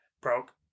Broke